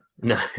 No